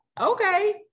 okay